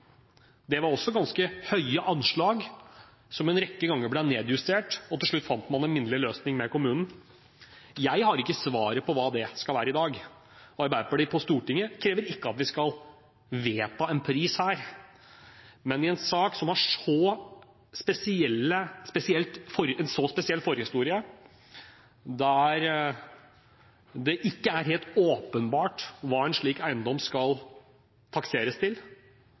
Det var også ganske høye anslag som en rekke ganger ble nedjustert, og til slutt fant man en minnelig løsning med kommunen. Jeg har ikke svaret på hva det skal være i dag, og Arbeiderpartiet på Stortinget krever ikke at vi skal vedta en pris her. Men i en sak som har en så spesiell forhistorie, der det ikke er helt åpenbart hva en slik eiendom skal takseres til,